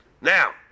Now